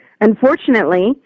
unfortunately